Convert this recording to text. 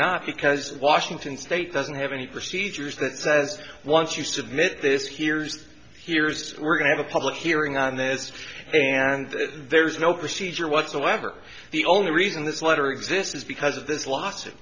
not because washington state doesn't have any procedures that says once you submit this here's here's we're going have a public hearing on this and there's no procedure whatsoever the only reason this letter exists is because there's lots of